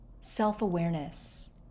self-awareness